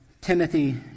Timothy